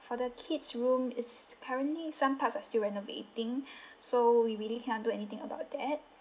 for the kids room it's currently some parts are still renovating so we really cannot do anything about that